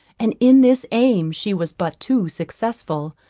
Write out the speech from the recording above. and in this aim she was but too successful,